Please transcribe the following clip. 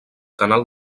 canal